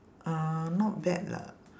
uh not bad lah